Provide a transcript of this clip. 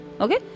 okay